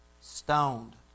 stoned